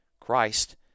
Christ